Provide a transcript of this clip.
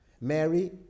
Mary